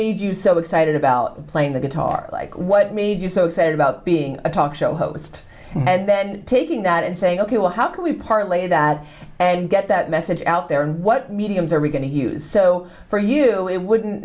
made you so excited about playing the guitar like what made you so excited about being a talk show host and then taking that and saying ok well how can we partly that and get that message out there and what mediums are we going to use so for you it wouldn't